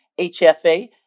HFA